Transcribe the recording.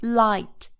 light